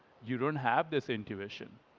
you don't have this intuition.